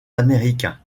américain